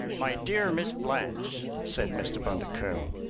my dear miss blanche, said mr. bundercombe,